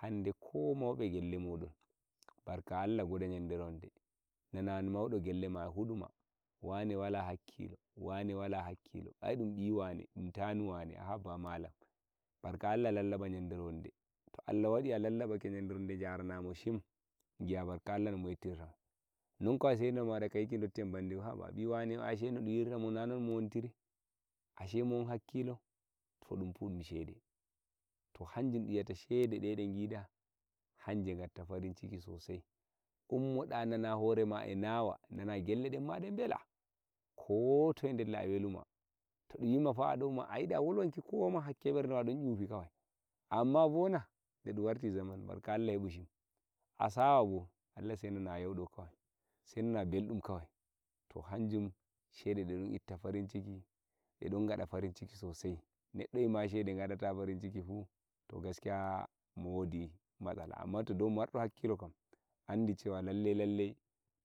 hande ko maudo gellemodon barka allah goda yandere wonde nana maudo gellema e huduma wane wala hakkilo wane wala hakkilo ai dun tanu wane tanu wane ai haba malam barka Allah lallalaɓa yandere to allah waɗi a lallaba kemo jaranamo shim giya wonde wadi nodun yi'irtadun ashe mo won hakkilo to ɗunfu dun shede to hanjum dum yi ata shede de gida hanje gatta farinciki sosai umoɗa nana horema eh nawa gelle denme debela ko toye della e weluma to dun yima pa a do oma a yiɗa wolwanki kowama hakken berde ma don yufi kawai amma bona ɗedum warti zamanu barka allah tefu shede a sawa bo shede dongada farinciki sossai neɗɗo yima shede gadata farinciki fu to gaskiya mowodi matsala amma dai to har o wodi hakkilo kam andi cewa lallai lallai